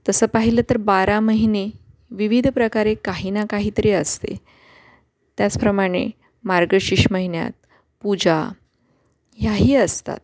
तसं पाहिलं तर बारा महिने विविध प्रकारे काही ना काहीतरी असते त्याचप्रमाणे मार्गशीर्ष महिन्यात पूजा ह्याही असतात